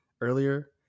earlier